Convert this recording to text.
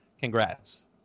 Congrats